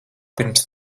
pirms